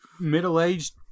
Middle-aged